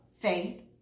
faith